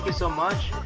so much